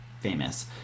famous